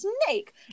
snake